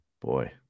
Boy